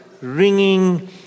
ringing